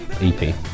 EP